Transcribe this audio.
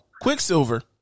Quicksilver